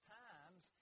times